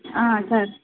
sir